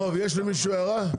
טוב, יש למישהו הערה?